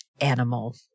animal